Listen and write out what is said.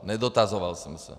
Nedotazoval jsem se!